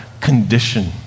condition